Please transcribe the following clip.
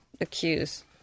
accuse